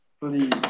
Please